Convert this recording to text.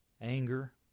anger